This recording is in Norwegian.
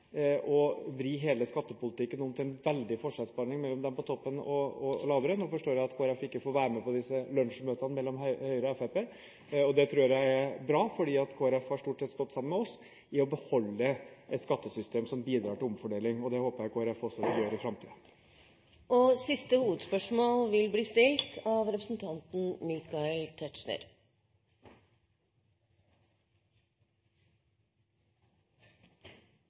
å vri hele skattepolitikken om til en veldig forskjellsbehandling mellom dem på toppen og de lavere. Nå forstår jeg at Kristelig Folkeparti ikke får være med på disse lunsjmøtene mellom Høyre og Fremskrittspartiet, og det tror jeg er bra, for Kristelig Folkeparti har stort sett stått sammen med oss i å beholde et skattesystem som bidrar til omfordeling. Det håper jeg Kristelig Folkeparti også vil gjøre i framtiden. Vi går til siste hovedspørsmål.